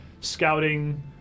scouting